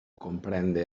comprende